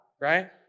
right